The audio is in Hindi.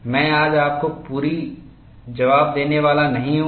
मैं आज आपको पूरा जवाब देने वाला नहीं हूं